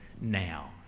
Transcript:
now